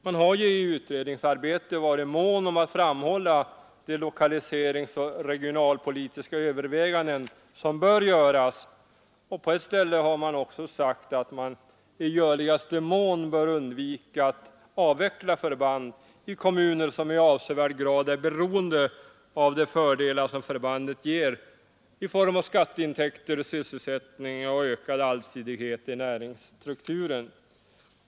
Man har ju i utredningsarbetet varit mån om att framhålla de lokaliseringsoch regionalpolitiska överväganden som bör göras, och på ett ställe har man också sagt att man i görligaste mån bör undvika att avveckla förband i kommuner som i avsevärd grad är beroende av de fördelar som förbandet ger i form av skatteintäkter, sysselsättning och ökad allsidighet i näringsstrukturen.